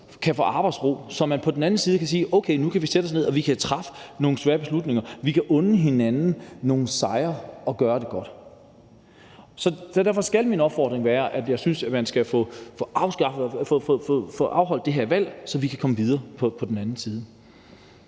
kan få arbejdsro, så man på den anden side kan sige: Okay, nu kan vi sætte os ned, og vi kan træffe nogle svære beslutninger, vi kan unde hinanden nogle sejre og gøre det godt. Så derfor synes jeg, og min opfordring skal være, at man skal få afholdt det her valg, så vi kan komme videre på den anden side.